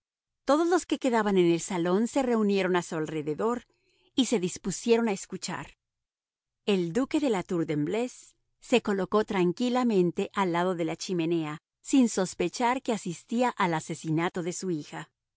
todos los que quedaban en el salón se reunieron a su alrededor y se dispusieron a escuchar el duque de la tour de embleuse se colocó tranquilamente al lado de la chimenea sin sospechar que asistía al asesinato de su hija